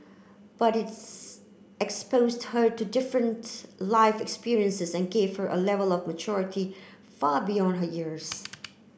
but its exposed her to different life experiences and gave her A Level of maturity far beyond her years